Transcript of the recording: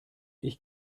ich